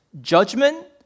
Judgment